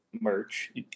merch